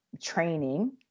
training